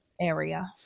area